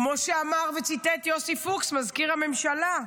כמו שאמר וציטט יוסי פוקס, מזכיר הממשלה.